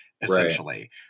essentially